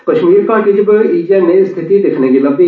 कश्मीर घाटी च बी इयै नेई स्थिति दिक्खने गी लब्मी